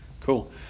Cool